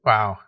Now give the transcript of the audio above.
Wow